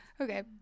Okay